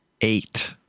eight